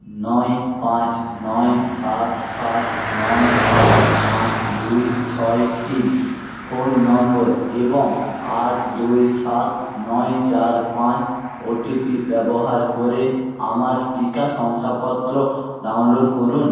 নয় পাঁচ নয় সাত সাত নয় সাত পাঁচ দুই ছয় তিন ফোন নম্বর এবং আট দুই সাত নয় চার পাঁচ ওটিপি ব্যবহার করে আমার টিকা শংসাপত্র ডাউনলোড করুন